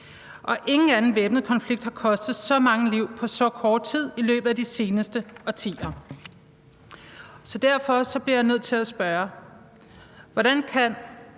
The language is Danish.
Og ingen anden væbnet konflikt har kostet så mange liv på så kort tid i løbet af de seneste årtier. Derfor bliver jeg nødt til at spørge: Hvordan kan